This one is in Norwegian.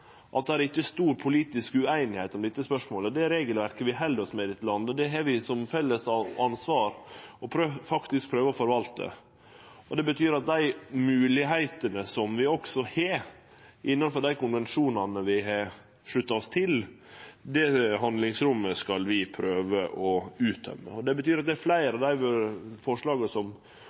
om at det ikkje er stor politisk ueinigheit om dette spørsmålet. Det regelverket vi held oss med i dette landet, har vi eit felles ansvar for faktisk å prøve å forvalte. Det betyr at dei moglegheitene som vi har innanfor dei konvensjonane vi har slutta oss til, er eit handlingsrom vi skal prøve å utnytte. Når det gjeld fleire av dei forslaga som